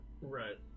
Right